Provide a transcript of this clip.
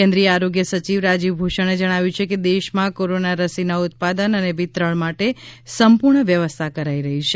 કેન્દ્રીય આરોગ્ય સચિવ રાજીવ ભૂષણે જણાવ્યું કે દેશમાં કોરોના રસીના ઉત્પાદન અને વિતરણ માટે સંપૂર્ણ વ્યવસ્થા કરાઈ છે